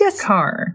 car